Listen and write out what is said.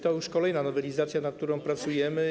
To już kolejna nowelizacja, nad którą pracujemy.